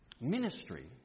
Ministry